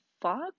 fuck